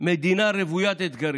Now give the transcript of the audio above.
מדינה רוויית אתגרים: